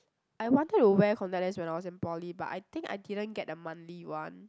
I wanted to wear contact lens when I was in poly but I think I didn't get the monthly one